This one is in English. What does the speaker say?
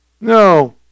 no